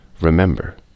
Remember